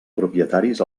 propietaris